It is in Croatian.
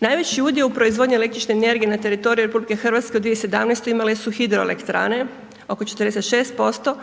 Najviši udio u proizvodnji električne energije na teritoriju RH u 2017. imale su hidroelektrane oko 46%,